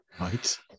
right